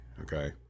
okay